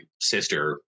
sister